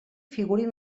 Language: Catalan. figurin